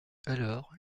alors